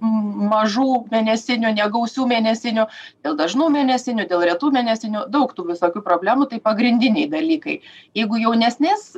mažų mėnesinių negausių mėnesinių dėl dažnų mėnesinių dėl retų mėnesinių daug tų visokių problemų tai pagrindiniai dalykai jeigu jaunesnės